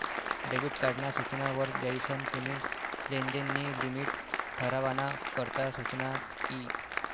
debit card ना सूचना वर जायीसन तुम्ही लेनदेन नी लिमिट ठरावाना करता सुचना यी